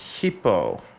Hippo